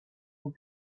will